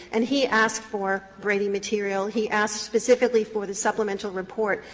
and he asked for brady material. he asked specifically for the supplemental report,